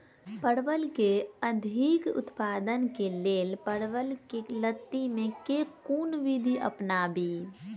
परवल केँ अधिक उत्पादन केँ लेल परवल केँ लती मे केँ कुन विधि अपनाबी?